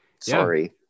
sorry